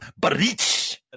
Barich